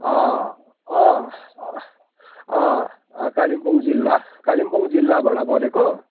अँ अँ अँ कालिम्पोङ जिल्ला कालिम्पोङ जिल्लाबाट बोलेको